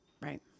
Right